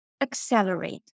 accelerate